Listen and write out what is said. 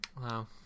Wow